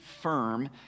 firm